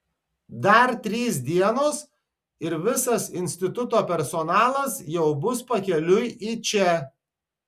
dar trys dienos ir visas instituto personalas jau bus pakeliui į čia